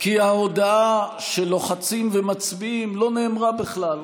כי ההודעה שלוחצים ומצביעים לא נאמרה בכלל,